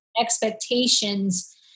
Expectations